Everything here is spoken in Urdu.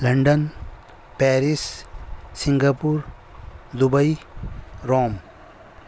London Paris Singapore Dubai room